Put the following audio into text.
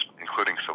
including